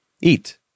eat